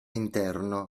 interno